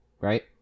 right